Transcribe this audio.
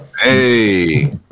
Hey